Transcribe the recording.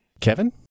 Kevin